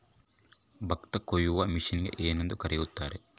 ಭತ್ತ ಕೊಯ್ಯುವ ಮಿಷನ್ನಿಗೆ ಏನಂತ ಕರೆಯುತ್ತಾರೆ?